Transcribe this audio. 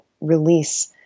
release